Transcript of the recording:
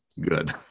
Good